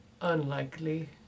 Unlikely